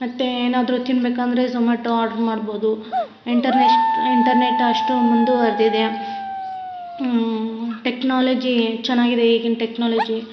ಮತ್ತು ಏನಾದರು ತಿನ್ಬೇಕಂದರೆ ಝೊಮ್ಯಾಟೊ ಆರ್ಡ್ರ್ ಮಾಡ್ಬೋದು ಇಂಟರ್ನೆಷ್ ಇಂಟರ್ನೆಟ್ ಅಷ್ಟು ಮುಂದುವರೆದಿದೆ ಟೆಕ್ನಾಲಜಿ ಚೆನ್ನಾಗ್ ಇದೆ ಈಗಿನ ಟೆಕ್ನಾಲಜಿ